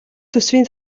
төсвийн